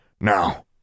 Now